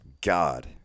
God